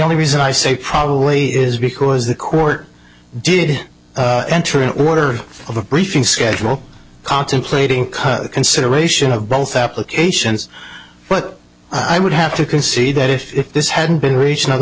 only reason i say probably is because the court did enter in order of a briefing schedule contemplating consideration of both applications but i would have to concede that if this had been reached in other